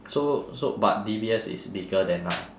so so but D_B_S is bigger than now